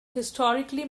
historically